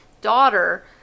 daughter